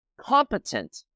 competent